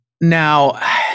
Now